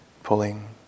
Pulling